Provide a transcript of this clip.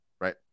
right